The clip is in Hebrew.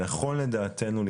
לדעתנו,